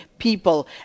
People